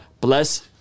Bless